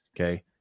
okay